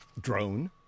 drone